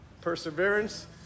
perseverance